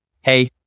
Hey